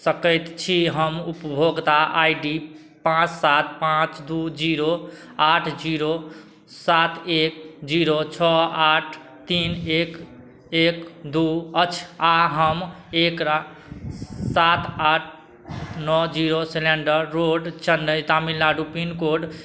सकै छी हम उपभोक्ता आइ डी पाँच सात पाँच दुइ जीरो आठ जीरो सात एक जीरो छओ आठ तीन एक एक दुइ अछि आओर हम एकरा सात आठ नओ zero cedar road Chennai Tamil Nadu pincode